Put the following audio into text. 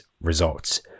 results